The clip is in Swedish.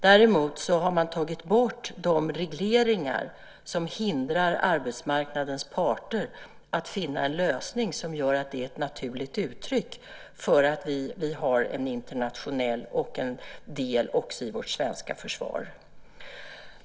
Däremot har man tagit bort de regleringar som hindrar arbetsmarknadens parter att finna en lösning som gör att detta är ett naturligt uttryck för att vi har en internationell del också i vårt svenska försvar.